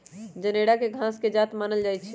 जनेरा के घास के जात मानल जाइ छइ